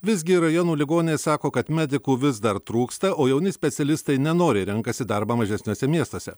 visgi rajonų ligoninės sako kad medikų vis dar trūksta o jauni specialistai nenoriai renkasi darbą mažesniuose miestuose